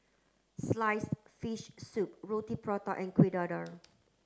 sliced fish soup Roti Prata and Kuih Dadar